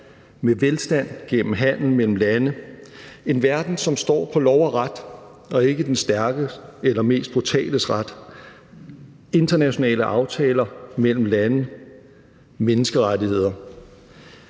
med velstand gennem handel mellem lande, en verden, som står på lov og ret og ikke den stærkestes eller mest brutales ret, og som står på internationale aftaler mellem landene, menneskerettigheder.